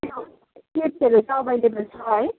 त्यो प्लेटहरू चाहिँ अभाएलेवल छ है